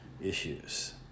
issues